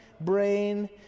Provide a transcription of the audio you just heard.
brain